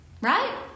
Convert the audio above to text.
right